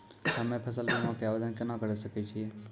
हम्मे फसल बीमा के आवदेन केना करे सकय छियै?